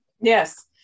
Yes